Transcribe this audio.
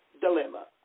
dilemma